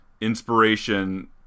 inspiration